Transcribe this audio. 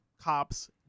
cops